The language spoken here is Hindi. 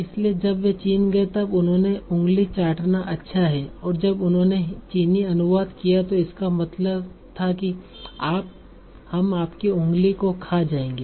इसलिए जब वे चीन गए तब उन्होंने उंगली चाटना अच्छा है और जब उन्होंने चीनी अनुवाद किया तो इसका मतलब था कि हम आपकी उंगलियों को खा जाएंगे